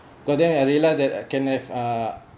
but then I realized that I can have uh